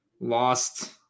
lost